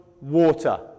water